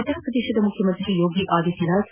ಉತ್ತರ ಪ್ರದೇಶದ ಮುಖ್ಯಮಂತ್ರಿ ಯೋಗಿ ಆದಿತ್ವನಾಥ್